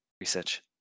research